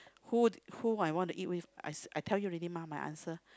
who who I want to eat with I I tell you already mah my answer